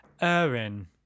aaron